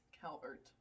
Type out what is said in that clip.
Calvert